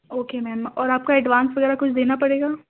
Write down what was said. okay ma'am اور آپ کا ایڈوانس وغیرہ کچھ دینا پڑے گا